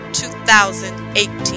2018